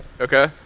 okay